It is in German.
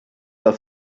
auf